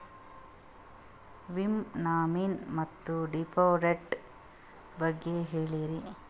ವಿಮಾ ನಾಮಿನಿ ಮತ್ತು ಡಿಪೆಂಡಂಟ ಬಗ್ಗೆ ಹೇಳರಿ?